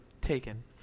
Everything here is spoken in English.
taken